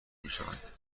میشوند